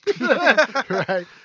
right